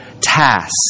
task